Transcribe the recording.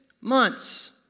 months